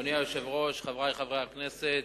אדוני היושב-ראש, חברי חברי הכנסת,